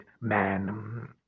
man